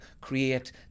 create